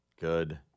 Good